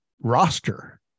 roster